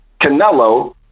Canelo